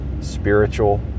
spiritual